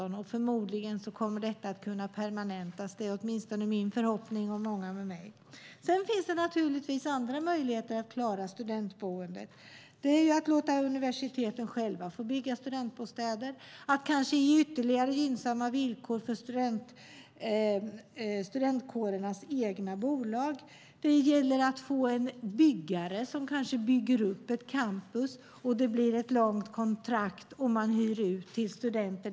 Förmodligen kommer detta att kunna permanentas. Det är åtminstone min och många andras förhoppning. Sedan finns det naturligtvis andra möjligheter att klara studentboendet. Man kan låta universiteten själva få bygga studentbostäder och kanske ge ytterligare gynnsamma villkor för studentkårernas egna bolag. Det gäller att få en byggare som kanske bygger upp ett campus. Det blir ett långt kontrakt, och man hyr ut till studenter.